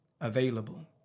available